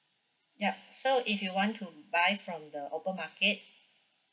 yup so if you want to buy from the open market